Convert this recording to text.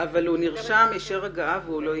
אבל הוא נרשם ואישר הגעה ולא הגיע.